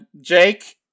Jake